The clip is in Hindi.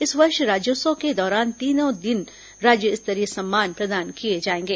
इस वर्ष राज्योत्सव के दौरान तीनों दिन राज्य स्तरीय सम्मान प्रदान किए जाएंगे